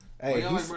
Hey